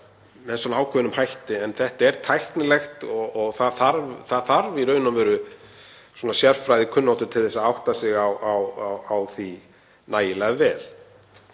með ákveðnum hætti en þetta er tæknilegt og það þarf í raun sérfræðikunnáttu til að átta sig á því nægilega vel.